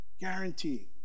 guarantee